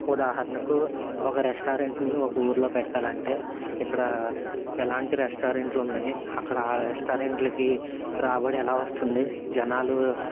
ఉదాహరణకు ఒక రెస్టారెంట్ని ఒక ఊరిలో పెట్టాలంటే ఇక్కడ ఎలాంటి రెస్టారెంట్లు ఉన్నాయి అక్కడ ఆ రెస్టారెంట్లకి రాబడి ఎలా వస్తుంది జనాలు